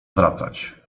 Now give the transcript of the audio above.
wracać